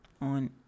on